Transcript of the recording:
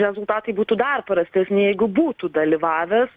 rezultatai būtų dar prastesni jeigu būtų dalyvavęs